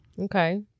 Okay